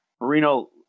Marino